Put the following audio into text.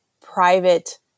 private